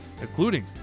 including